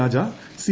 Raja C